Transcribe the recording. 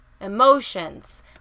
emotions